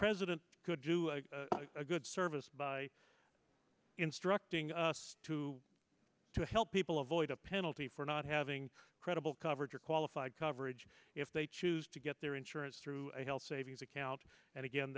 president could do a good service by instructing us to to help people avoid a penalty for not having credible coverage or qualified coverage if they choose to get their insurance through a health savings account and again